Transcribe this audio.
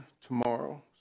tomorrow